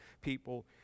people